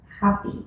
happy